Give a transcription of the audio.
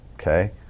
Okay